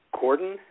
Gordon